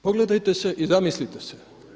Pogledajte se i zamislite se.